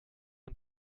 und